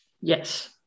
Yes